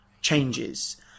changes